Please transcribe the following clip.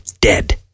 dead